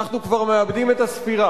אנחנו כבר מאבדים את הספירה.